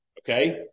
Okay